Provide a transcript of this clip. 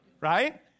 right